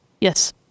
Yes